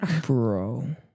Bro